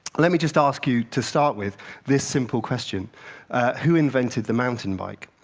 let me just ask you, to start with, this simple question who invented the mountain bike?